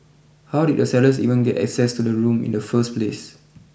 how did the sellers even get access to the room in the first place